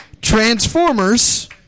Transformers